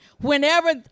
whenever